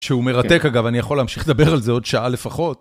שהוא מרתק אגב, אני יכול להמשיך לדבר על זה עוד שעה לפחות.